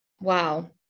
wow